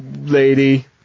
Lady